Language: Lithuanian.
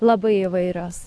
labai įvairios